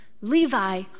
Levi